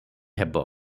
ହେବ